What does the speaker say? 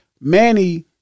Manny